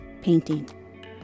painting